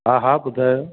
हा हा ॿुधायो